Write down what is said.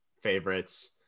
favorites